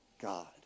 God